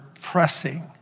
pressing